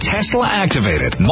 Tesla-activated